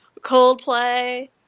Coldplay